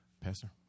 Pastor